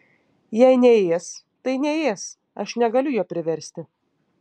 jei neės tai neės aš negaliu jo priversti